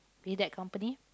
with that company